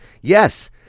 Yes